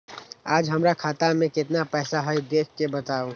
आज हमरा खाता में केतना पैसा हई देख के बताउ?